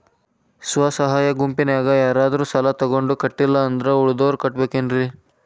ಸ್ವ ಸಹಾಯ ಗುಂಪಿನ್ಯಾಗ ಯಾರಾದ್ರೂ ಸಾಲ ತಗೊಂಡು ಕಟ್ಟಿಲ್ಲ ಅಂದ್ರ ಉಳದೋರ್ ಕಟ್ಟಬೇಕೇನ್ರಿ?